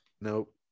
Nope